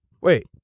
wait